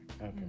Okay